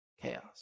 chaos